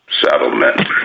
settlement